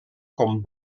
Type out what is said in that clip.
com